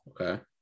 Okay